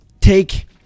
take